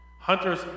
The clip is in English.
Hunters